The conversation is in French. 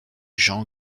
jean